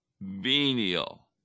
venial